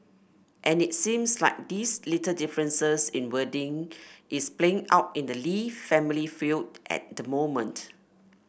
and it seems like these little differences in wording is playing out in the Lee family feud at the moment